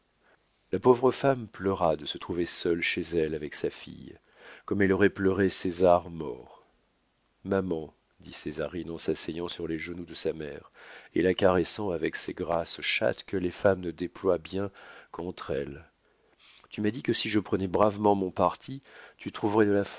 la pauvre femme pleura de se trouver seule chez elle avec sa fille comme elle aurait pleuré césar mort maman dit césarine en s'asseyant sur les genoux de sa mère et la caressant avec ces grâces chattes que les femmes ne déploient bien qu'entre elles tu m'as dit que si je prenais bravement mon parti tu trouverais de la